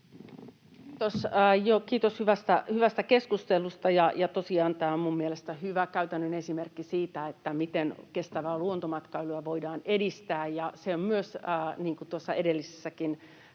Kiitos hyvästä keskustelusta. — Tosiaan tämä on mielestäni hyvä käytännön esimerkki siitä, miten kestävää luontomatkailua voidaan edistää, ja niin kuin tuossa edellisessäkin